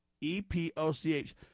E-P-O-C-H